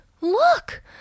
look